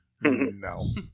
No